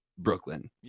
Brooklyn